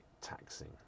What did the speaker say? taxing